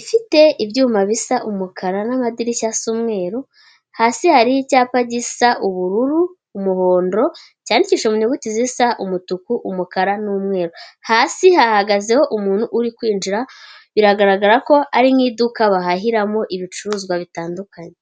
ifite ibyuma bisa umukara n'amadirishya asa umweru, hasi hari icyapa gisa ubururu, umuhondo, cyandikishije muyuguti zisa umutuku, umukara n'umweru, hasi hahagazeho umuntu uri kwinjira, biragaragara ko ari nk'iduka bahahiramo ibicuruzwa bitandukanye.